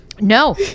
no